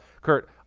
kurt